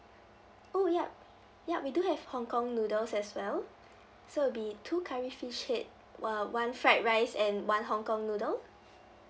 oh ya ya we do have hong kong noodles as well so it'll be two curry fish head o~ one fried rice and one hong kong noodle